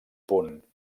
punt